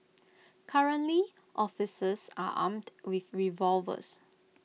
currently officers are armed with revolvers